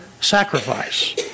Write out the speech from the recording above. sacrifice